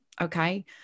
Okay